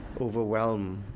overwhelm